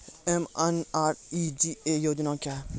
MNREGA योजना क्या हैं?